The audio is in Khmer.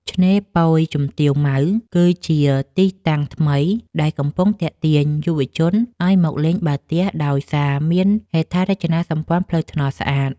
ឆ្នេរពយជំទាវម៉ៅគឺជាទីតាំងថ្មីដែលកំពុងទាក់ទាញយុវជនឱ្យមកលេងបាល់ទះ ដោយសារមានហេដ្ឋារចនាសម្ព័ន្ធផ្លូវថ្នល់ស្អាត។